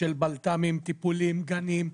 של בלת"מים, טיפולים, גנים,